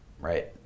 right